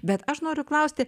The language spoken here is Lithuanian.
bet aš noriu klausti